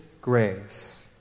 grace